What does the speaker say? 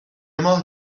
ماه